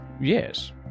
Yes